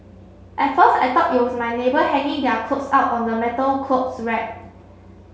at first I thought it was my neighbour hanging their clothes out on the metal clothes rack